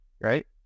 right